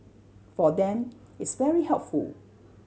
for them it's very helpful